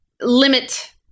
limit